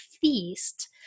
feast